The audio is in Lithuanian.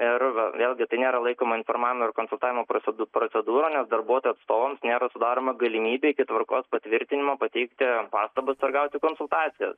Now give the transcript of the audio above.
ir vėlgi tai nėra laikoma informavimo ir konsultavimo procedū procedūra nes darbuotojų atstovams nėra sudaroma galimybė iki tvarkos patvirtinimo pateikti pastabas ar gauti konsultacijas